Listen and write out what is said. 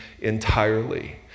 entirely